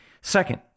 Second